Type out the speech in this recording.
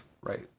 Right